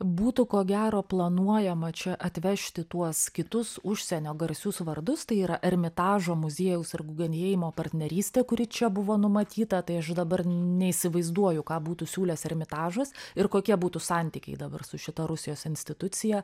būtų ko gero planuojama čia atvežti tuos kitus užsienio garsius vardus tai yra ermitažo muziejaus ir gugenheimo partnerystė kuri čia buvo numatyta tai aš dabar neįsivaizduoju ką būtų siūlęs ermitažas ir kokie būtų santykiai dabar su šita rusijos institucija